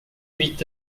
huit